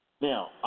Now